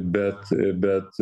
bet bet